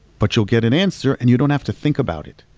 but you'll get an answer and you don't have to think about it.